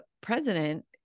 president